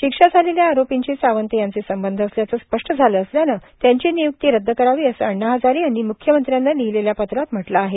शिक्षा झालेल्या आरोपींशी सावंत यांचे संबंध असल्याचं स्पष्ट झालं असल्यानं त्यांची निय्क्ती रद्द करावी असं अण्णा हजारे यांनी म्ख्यमंत्र्यांना लिहिलेल्या पत्रात म्हटलं आहे